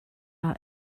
are